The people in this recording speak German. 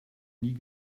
nie